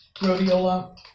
rhodiola